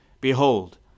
Behold